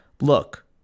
Look